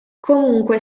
comunque